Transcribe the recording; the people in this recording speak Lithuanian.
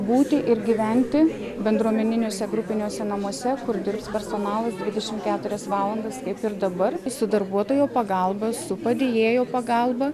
būti ir gyventi bendruomeniniuose grupiniuose namuose kur dirbs personalas dvidešimt keturias valandas kaip ir dabar su darbuotojų pagalba su padėjėjų pagalba